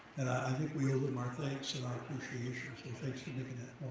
and i think we owe them our thanks and our and thanks for making that